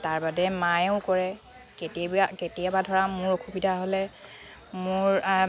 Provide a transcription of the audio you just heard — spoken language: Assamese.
তাৰবাদে মায়েও কৰে কেতিবা কেতিয়াবা ধৰা মোৰ অসুবিধা হ'লে মোৰ